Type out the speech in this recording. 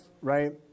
right